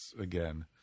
again